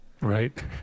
right